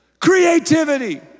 Creativity